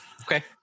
Okay